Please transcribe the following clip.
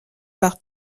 par